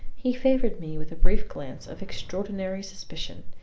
he favored me with a brief glance of extraordinary suspicion.